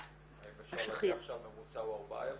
האם אפשר להוכיח שהממוצע הוא ארבעה ימים?